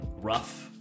rough